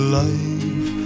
life